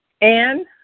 Anne